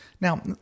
Now